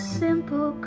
simple